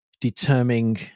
determining